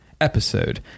episode